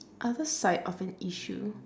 other side of an issue